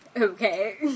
Okay